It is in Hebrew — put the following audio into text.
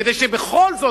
כדי שבכל זאת,